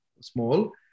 small